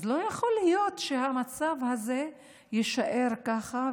אז לא יכול להיות שהמצב הזה יישאר ככה.